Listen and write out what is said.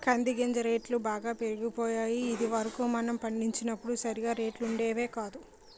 కంది గింజల రేట్లు బాగా పెరిగిపోయాయి ఇది వరకు మనం పండించినప్పుడు సరిగా రేట్లు ఉండేవి కాదు